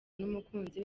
n’umukunzi